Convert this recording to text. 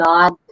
God